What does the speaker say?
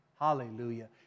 Hallelujah